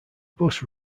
bus